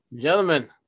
Gentlemen